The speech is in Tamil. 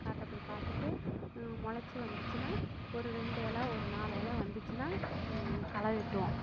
காட்டை போய் பார்த்துட்டு முளச்சி வந்துச்சின்னா ஒரு ரெண்டு இலை ஒரு நாலு இலை வந்துச்சின்னா களை வெட்டுவோம்